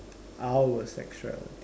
our sexuality